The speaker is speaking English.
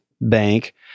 bank